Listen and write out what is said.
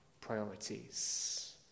priorities